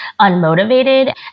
unmotivated